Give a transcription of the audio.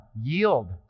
Yield